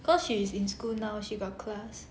cause she is in school now she got class